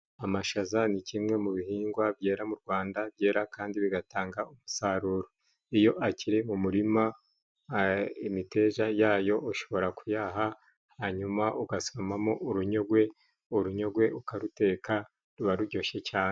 Amashaza ni kimwe mu bihingwa byera mu Rwanda, byera kandi bigatanga umusaruro. Iyo akiri mu murima, imiteja yayo ushobora kuyaha hanyuma ugasomamamo urunyogwe, urunyogwe ukaruteka, ruba ruryoshye cyane.